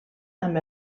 amb